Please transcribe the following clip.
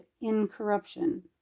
incorruption